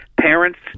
parents